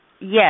Yes